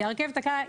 כי הרכבת הקלה,